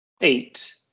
Eight